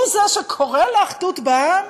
הוא זה שקורא לאחדות בעם?